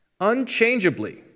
unchangeably